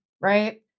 right